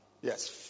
Yes